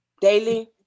Daily